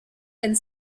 and